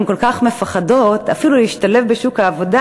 הן כל כך מפחדות אפילו להשתלב בשוק העבודה,